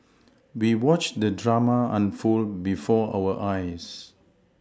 we watched the drama unfold before our eyes